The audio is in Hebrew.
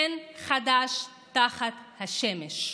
אין חדש תחת השמש.